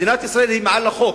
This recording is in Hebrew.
מדינת ישראל היא מעל החוק,